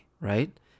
right